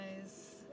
guys